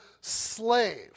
slave